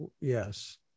yes